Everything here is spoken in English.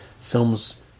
films